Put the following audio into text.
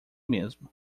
mesmo